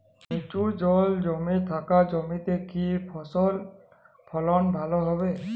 নিচু জল জমে থাকা জমিতে কি ফসল ফলন ভালো হবে?